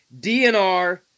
DNR